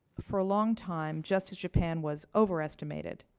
for a long time, just as japan was overestimated,